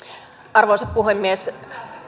arvoisa puhemies